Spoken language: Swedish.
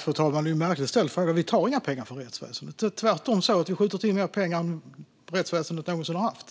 Fru talman! Det är en märkligt ställd fråga. Vi tar inga pengar från rättsväsendet. Vi skjuter tvärtom till mer pengar än rättsväsendet någonsin har haft.